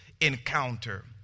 encounter